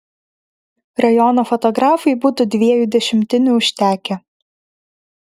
rajono fotografui būtų dviejų dešimtinių užtekę